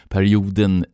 Perioden